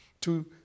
to